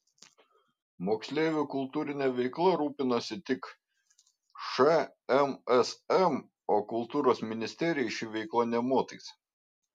moksleivių kultūrine veikla rūpinasi tik šmsm o kultūros ministerijai ši veikla nė motais